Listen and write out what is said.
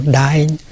dying